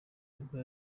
bwa